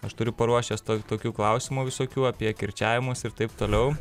aš turiu paruošęs to tokių klausimų visokių apie kirčiavimus ir taip toliau